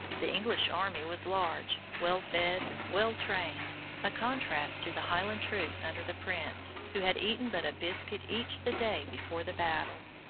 the english army was large, well fed, well trained a contrast to the highland troops under the prince, who had eaten but a biscuit each the day before the battle.